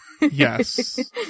Yes